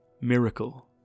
Miracle